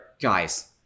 guys